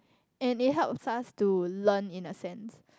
and it helps us to learn in a sense